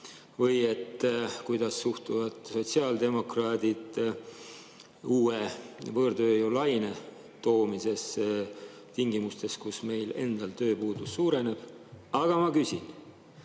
või et kuidas suhtuvad sotsiaaldemokraadid uue võõrtööjõulaine toomisesse tingimustes, kus meil endal tööpuudus suureneb. Aga ma küsin